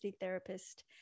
therapist